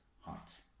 hearts